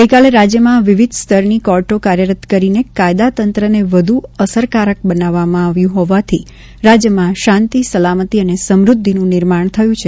ગઇકાલે રાજ્યમાં વિવિધ સ્તરની કોર્ટો કાર્યરત કરીને કાયદા તંત્રને વધુ અસરકારક બનાવવામાં આવ્યું હોવાથી રાજ્યમાં શાંતિ સલામતી અને સમૃધ્ધિનું નિર્માણ થયું છે